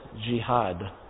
jihad